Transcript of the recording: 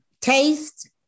taste